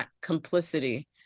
complicity